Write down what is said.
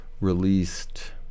released